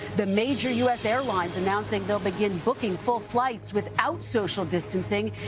the major u s. airlines announcing they will begin booking full flights without social distancing.